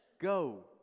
go